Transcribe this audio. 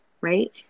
right